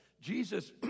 Jesus